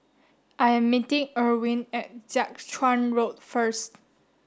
I am meeting Irwin at Jiak Chuan Road first